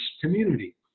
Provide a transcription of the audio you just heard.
community